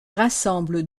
rassemble